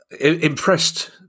Impressed